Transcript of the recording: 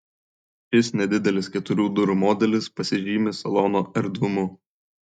šis nedidelis keturių durų modelis pasižymi salono erdvumu